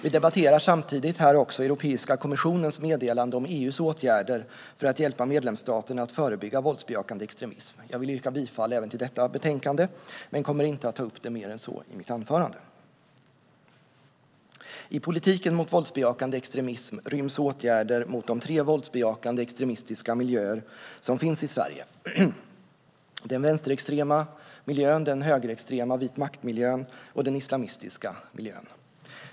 Vi debatterar samtidigt här också Europeiska kommissionens meddelande om EU:s åtgärder för att hjälpa medlemsstaterna att förebygga våldsbejakande extremism. Jag vill yrka bifall även till detta förslag men kommer inte att ta upp det mer än så i mitt anförande. I politiken mot våldsbejakande extremism ryms åtgärder mot de tre våldsbejakande, extremistiska miljöer som finns i Sverige: den vänsterextrema miljön, den högerextrema vit makt-miljön och den islamistiska miljön.